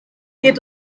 geht